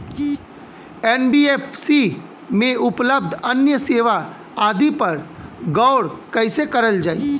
NBFC में उपलब्ध अन्य सेवा आदि पर गौर कइसे करल जाइ?